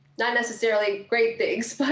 not necessarily great bigs,